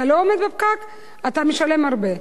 אתה לא עומד בפקק, אתה משלם הרבה.